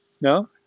No